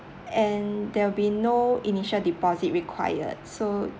and there'll be no initial deposit required